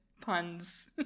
puns